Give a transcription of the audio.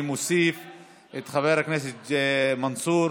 אני מוסיף את חבר הכנסת מנסור.